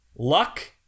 Luck